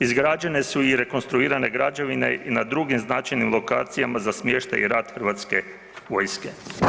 Izgrađene su i rekonstruirane građevine i na drugim značajnim lokacijama za smještaj i rad Hrvatske vojske.